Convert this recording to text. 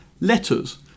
letters